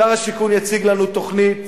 שר השיכון יציג לנו תוכנית